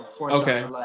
okay